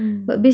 mm